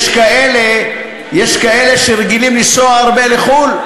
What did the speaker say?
על-פי, יש כאלה שרגילים לנסוע הרבה לחו"ל.